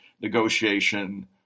negotiation